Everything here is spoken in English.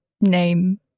name